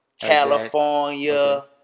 California